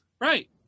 Right